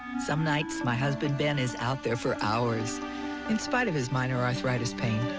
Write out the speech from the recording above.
some nights my husband ben is out there for hours in spite of his minor arthritis pain.